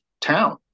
town